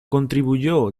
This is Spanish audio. contribuyó